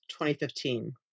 2015